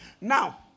Now